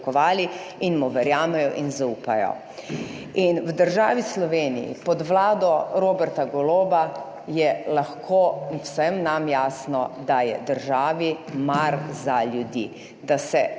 in mu verjamejo in zaupajo. In v državi Sloveniji pod Vlado Roberta Goloba je lahko vsem nam jasno, da je državi mar za ljudi, da se